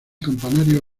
campanario